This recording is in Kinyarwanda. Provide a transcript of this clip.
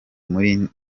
muri